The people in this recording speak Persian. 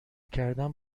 کردن